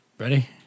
ready